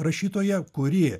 rašytoja kuri